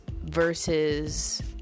versus